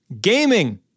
gaming